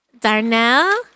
Darnell